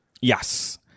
yes